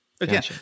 Again